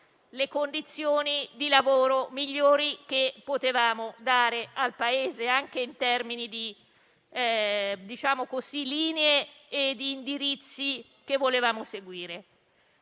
le condizioni di lavoro migliori che potevamo dare al Paese, anche in termini di linee e indirizzi da perseguire.